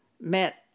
met